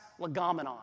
legomenon